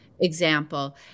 example